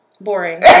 Boring